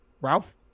Ralph